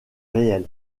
réel